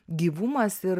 gyvumas ir